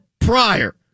prior